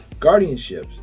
guardianships